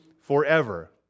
forever